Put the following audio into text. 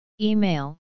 Email